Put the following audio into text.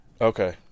Okay